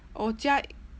oh jia~